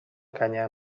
canya